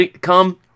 come